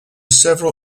several